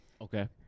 Okay